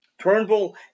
Turnbull